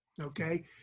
okay